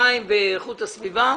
המים ואיכות הסביבה,